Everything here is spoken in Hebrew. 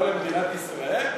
ולא למדינת ישראל?